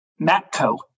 Matco